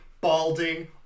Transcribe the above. balding